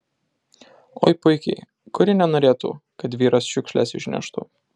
oi puikiai kuri nenorėtų kad vyras šiukšles išneštų